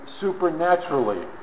supernaturally